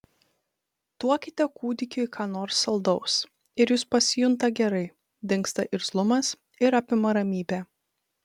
duokite kūdikiui ką nors saldaus ir jis pasijunta gerai dingsta irzlumas ir apima ramybė